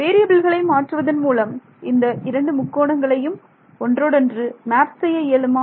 வேறியபில்களை மாற்றுவதன் மூலம் இந்த இரண்டு முக்கோணங்களையும் ஒன்றோடொன்று மேப் செய்ய இயலுமா